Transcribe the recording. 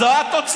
אבל זו התוצאה.